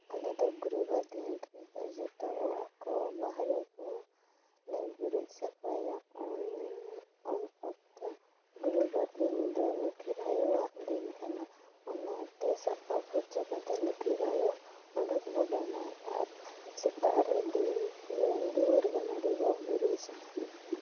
ᱟᱞᱮᱫᱚ ᱜᱩᱨᱩᱵᱟᱨ ᱫᱤᱱ ᱨᱮᱫᱚ ᱡᱚᱛᱚ ᱚᱲᱟᱜ ᱠᱚ ᱫᱟᱨᱮ ᱠᱚᱵᱟᱦᱨᱮ ᱠᱚ ᱞᱮ ᱜᱩᱨᱤᱡ ᱥᱟᱯᱷᱟᱭᱟ ᱩᱱ ᱚᱠᱛᱚ ᱜᱩᱨᱩ ᱵᱟᱨ ᱫᱤᱱ ᱫᱚ ᱞᱩᱠᱠᱷᱤ ᱟᱭᱳᱣᱟᱜ ᱫᱤᱱ ᱠᱟᱱᱟ ᱚᱱᱟᱛᱮ ᱥᱟᱯᱷᱟ ᱯᱷᱟᱨᱪᱟ ᱠᱟᱛᱮ ᱞᱩᱠᱠᱷᱤ ᱟᱭᱳ ᱚᱸᱰᱮ ᱜᱚᱸᱰᱟ ᱟᱨ ᱥᱮᱛᱟᱜ ᱨᱮ ᱫᱚᱧ ᱫᱩᱣᱟᱹᱨ ᱜᱟᱱᱟᱰᱤ ᱵᱚᱱ ᱜᱩᱨᱤᱡᱟ